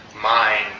mind